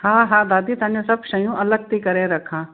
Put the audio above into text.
हा हा दादी तव्हां जो सभु शयूं अलॻि थी करे रखां